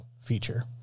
feature